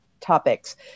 topics